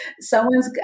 someone's